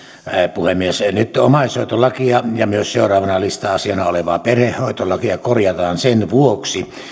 puhemies nyt omaishoitolakia ja myös seuraavana lista asiana olevaa perhehoitolakia korjataan sen vuoksi